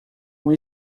uma